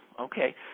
okay